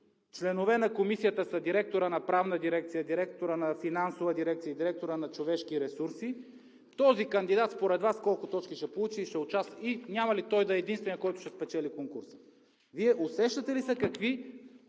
членове на Комисията са директорът на Правна дирекция, директорът на Финансова дирекция и директорът на Човешки ресурси, този кандидат според Вас колко точки ще получи и няма ли той да е единственият, който ще спечели конкурса? Вие усещате ли се какви